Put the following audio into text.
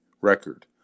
record